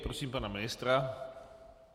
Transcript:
Prosím pana ministra.